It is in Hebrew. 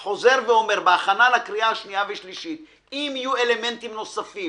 אני חוזר ואומר: בהכנה לקריאה השנייה והשלישית אם יהיו אלמנטים נוספים